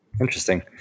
Interesting